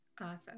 Awesome